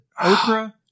Okra